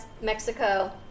Mexico